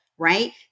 Right